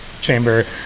Chamber